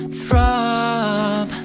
throb